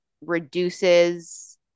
reduces